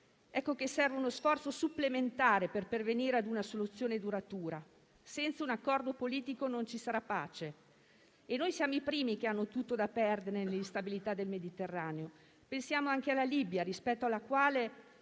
Ecco che serve uno sforzo supplementare per pervenire a una soluzione duratura. Senza un accordo politico, non ci sarà pace e noi siamo i primi ad avere tutto da perdere nell'instabilità del Mediterraneo. Pensiamo anche alla Libia, rispetto alla quale